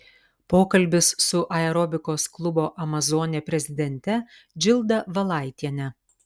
pokalbis su aerobikos klubo amazonė prezidente džilda valaitiene